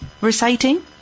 reciting